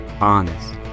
honest